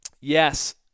yes